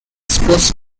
sports